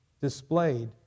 displayed